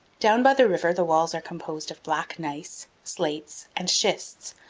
down by the river the walls are composed of black gneiss, slates, and schists,